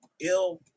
ill